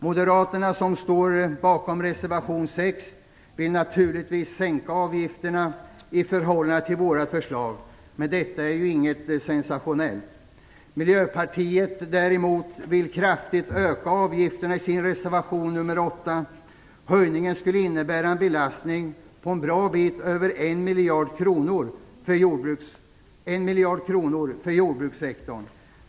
Moderaterna, som står bakom reservation nr 6, vill naturligtvis sänka avgifterna i förhållande till våra förslag. Men detta är ju inget sensationellt. kraftigt höja avgifterna. Höjningen skulle innebära en belastning för jordbrukssektorn på en bra bit över 1 miljard kronor.